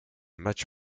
match